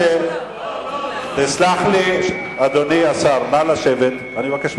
אדוני השר, נא לשבת.